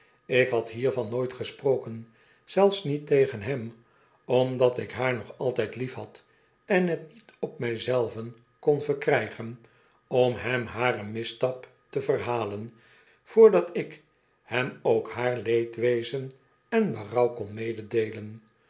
ik had hiervan nooit gesproken zelfs niet tegen hem omdat ik haar nog altyd lief had en het niet op my zelven kon verkrijgen om hem haren misstap te verhalen voordat ik hem ook haar leedwezen en berouw kon mededeelen